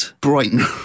Brighton